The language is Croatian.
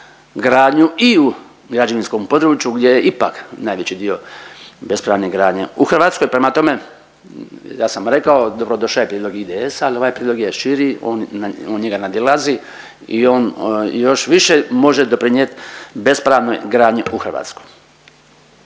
gradnju i u građevinskom području, gdje je ipak najveći dio bespravne gradnje u Hrvatskoj. Prema tome, ja sam rekao, dobro došao je prijedlog IDS-a ali ovaj prijedlog je širi. On njega nadilazi i on još više može doprinijeti bespravnoj gradnji u Hrvatskoj.